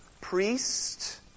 priest